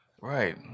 Right